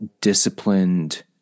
disciplined